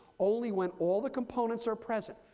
only when all the components are present,